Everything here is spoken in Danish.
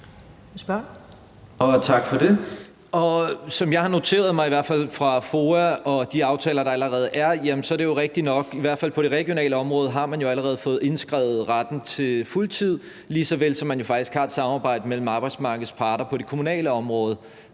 Som jeg har noteret mig – i hvert fald fra FOA og de aftaler, der allerede er – er det jo rigtigt nok, i hvert fald på det regionale område, at man allerede har fået indskrevet retten til fuldtid, lige så vel som man jo faktisk har et samarbejde mellem arbejdsmarkedets parter på det kommunale område